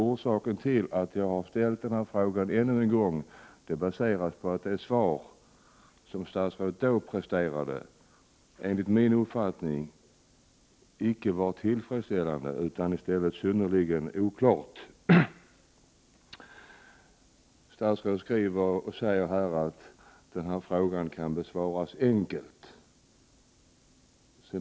Orsaken till att jag har ställt denna fråga ännu en gång är att det svar statsrådet presterade förra gången, enligt min uppfattning, icke var tillfredsställande utan i stället synnerligen oklart. Statsrådet säger här att denna fråga kan besvaras enkelt.